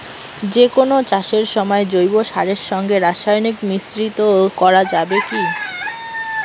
যে কোন চাষের সময় জৈব সারের সঙ্গে রাসায়নিক মিশ্রিত করা যাবে কি?